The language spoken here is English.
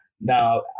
now